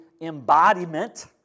embodiment